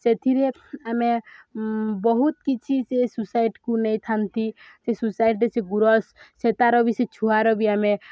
ସେଥିରେ ଆମେ ବହୁତ କିଛି ସେ ସୋସାଇଟିକୁ ନେଇଥାନ୍ତି ସେ ସୋସାଇଟିରେ ସେ ଗୁୁରସ ସେ ତା'ର ବି ସେ ଛୁଆର ବି ଆମେ